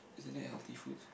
isn't that healthy foods